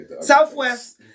Southwest